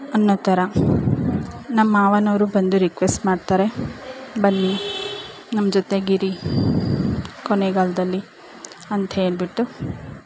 ಅನ್ನೋ ಥರ ನಮ್ಮ ಮಾವನವರು ಬಂದು ರಿಕ್ವೆಸ್ಟ್ ಮಾಡ್ತಾರೆ ಬನ್ನಿ ನಮ್ಮ ಜೊತೆಗಿರಿ ಕೊನೆಗಾಲದಲ್ಲಿ ಅಂತ್ಹೇಳಿಬಿಟ್ಟು